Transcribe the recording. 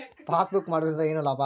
Passbook ಮಾಡುದರಿಂದ ಏನು ಲಾಭ?